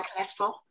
cholesterol